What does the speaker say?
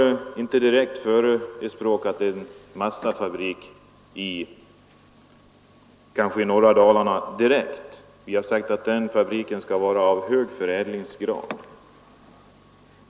Vi har inte förespråkat en massafabrik i norra Dalarna direkt; vi har sagt att den fabriken skall vara av hög förädlingsgrad.